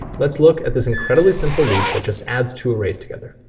let's look at this incredibly simple loop that just adds two arrays together.